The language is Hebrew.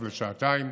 לשעתיים.